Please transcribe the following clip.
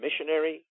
missionary